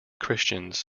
christians